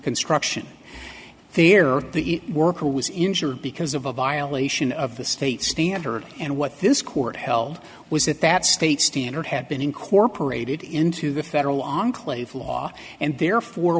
construction there the worker was injured because of a violation of the state's standard and what this court held was that that state standard had been incorporated into the federal enclave law and therefore